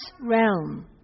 realm